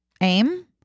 aim